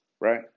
right